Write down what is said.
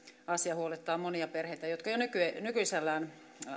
asia huolettaa monia perheitä jotka jo nykyisellään